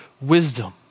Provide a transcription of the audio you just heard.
wisdom